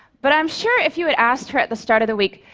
but i'm sure if you had asked her at the start of the week,